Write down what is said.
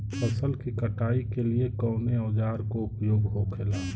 फसल की कटाई के लिए कवने औजार को उपयोग हो खेला?